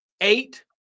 Eight